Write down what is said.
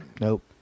nope